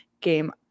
game